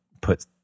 put